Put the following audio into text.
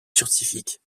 scientifiques